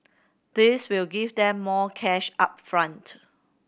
this will give them more cash up front